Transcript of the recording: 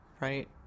right